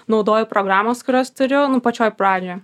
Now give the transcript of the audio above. naudoju programas kurias turiu pačioj pradžioj